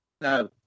No